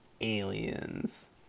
aliens